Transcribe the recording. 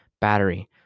battery